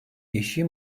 eşi